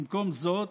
במקום זאת,